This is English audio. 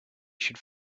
should